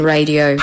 Radio